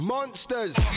Monsters